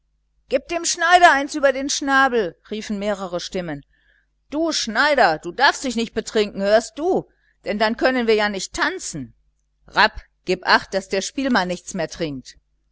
gib dem schneider eins über den schnabel riefen mehrere stimmen du schneider du darfst dich nicht betrinken hörst du denn dann können wir ja nicht tanzen rapp gib acht daß der spielmann nicht mehr trinkt